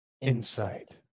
insight